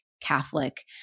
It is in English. Catholic